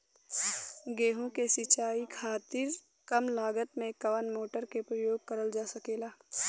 गेहूँ के सिचाई खातीर कम लागत मे कवन मोटर के प्रयोग करल जा सकेला?